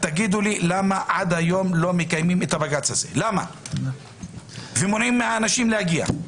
תגידו לי למה עד היום לא מקיימים את הבג"צ הזה ומונעים מאנשים להגיע?